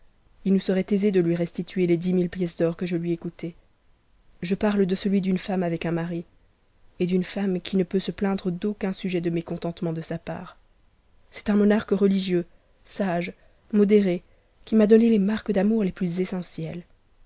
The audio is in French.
maître mus serait aisé de lui restituer les dix mille pièces d'or que je lui ai oûtë je parle de celui d'une femme avec uu mari et d'une femme t i ne peut se plaindre d'aucun sujet de mécontentement de sa part c'est monarque religieux sage modéré qui m'a donné les marques d'amour les plus essentielles